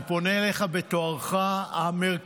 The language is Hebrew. אני פונה אליך בתוארך המרכזי,